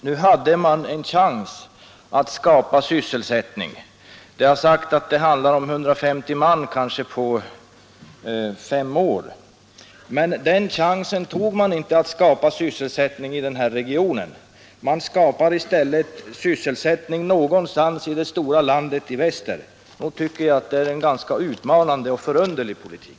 Nu hade LKAB en chans att skapa sysselsättning. Det har sagts att det handlar om kanske 150 man på fem år. Men man tog inte den chansen att skapa sysselsättning i denna region. Man skapar i stället sysselsättning någonstans i det ”stora landet i väster”. Det tycker jag är en utmanande och horribel politik.